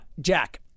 Jack